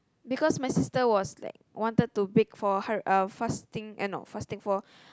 because my sister was like wanted to bake for her uh fasting eh no fasting for